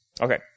Okay